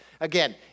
Again